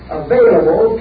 available